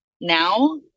now